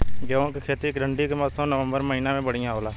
गेहूँ के खेती ठंण्डी के मौसम नवम्बर महीना में बढ़ियां होला?